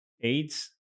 aids